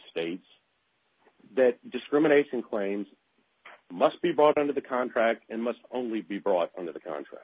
states that discrimination claims must be brought under the contract and must only be brought under the